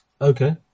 Okay